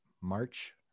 March